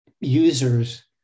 users